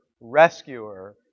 Rescuer